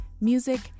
music